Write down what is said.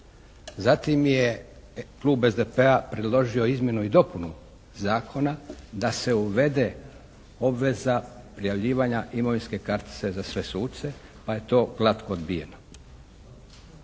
Zatim je klub SDP-a predložio izmjenu i dopunu zakona da se uvede obveza prijavljivanja imovinske kartice za sve suce pa je to glatko odbijeno.